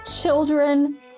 children